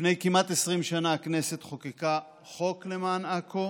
לפני כמעט 20 שנה הכנסת חוקקה חוק למען עכו,